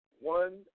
one